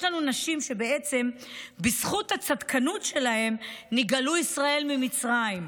יש לנו נשים שבזכות הצדקנות שלהן נגאלו ישראל ממצרים.